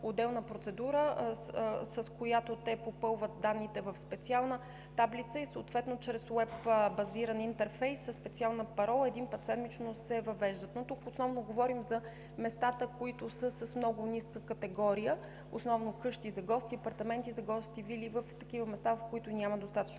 отделна процедура, с която те попълват данните в специална таблица, съответно чрез уеб базиран интерфейс със специална парола един път седмично се въвеждат, но тук основно говорим за местата, които са с много ниска категория – основно къщи за гости, апартаменти за гости, вили, в такива места, в които няма достатъчно